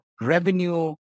revenue